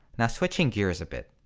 now switching gears a bit,